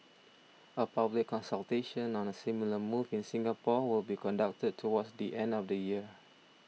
a public consultation on a similar move in Singapore will be conducted towards the end of the year